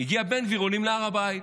הגיע בן גביר, עולים להר הבית.